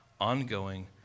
ongoing